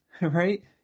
right